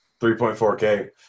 3.4K